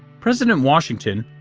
president washington,